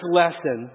lesson